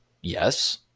Yes